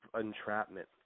entrapment